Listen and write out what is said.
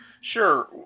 Sure